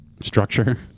Structure